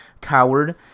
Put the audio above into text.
coward